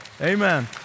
Amen